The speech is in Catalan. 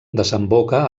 desemboca